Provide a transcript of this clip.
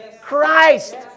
Christ